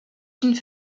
une